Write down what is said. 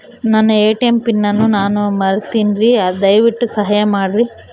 ನನ್ನ ATM pin ಅನ್ನು ನಾನು ಮರಿತಿನ್ರಿ, ದಯವಿಟ್ಟು ಸಹಾಯ ಮಾಡ್ರಿ